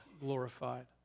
glorified